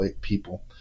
people